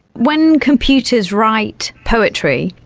when computers write poetry,